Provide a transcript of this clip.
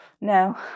No